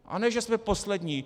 A ne že jsme poslední.